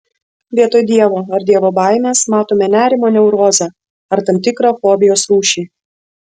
vietoj dievo ar dievo baimės matome nerimo neurozę ar tam tikrą fobijos rūšį